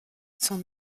son